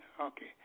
okay